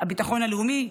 הביטחון הלאומי,